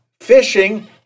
fishing